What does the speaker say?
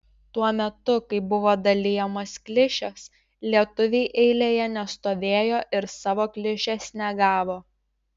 tuo metu kai buvo dalijamos klišės lietuviai eilėje nestovėjo ir savo klišės negavo